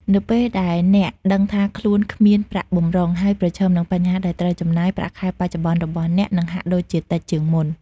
នៅពេលដែលអ្នកដឹងថាខ្លួនគ្មានប្រាក់បម្រុង ហើយប្រឈមនឹងបញ្ហាដែលត្រូវចំណាយ ប្រាក់ខែបច្ចុប្បន្នរបស់អ្នកនឹងហាក់ដូចជាតិចជាងមុន។